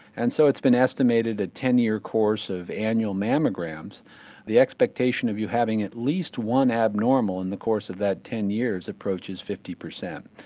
and so it's been estimated that ah ten year course of annual mammograms the expectation of you having at least one abnormal in the course of that ten years approaches fifty percent.